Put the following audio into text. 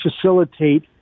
facilitate